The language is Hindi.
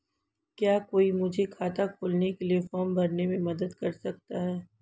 क्या कोई मुझे खाता खोलने के लिए फॉर्म भरने में मदद कर सकता है?